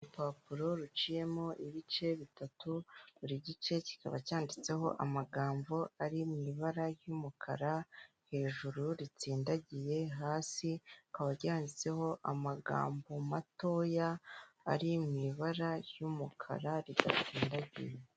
Urupapuro ruciyemo ibice bitatu buri gice kikaba cyanditseho amagambo ari mu ibara ry'umukara, hejuru ritsindagiye hasi akaba ryanditseho amagambo matoya ari mu ibara ry'umukara ridatsindagiye.